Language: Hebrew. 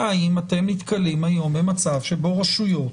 היא אם אתם נתקלים היום במצב שבו רשויות